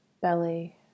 belly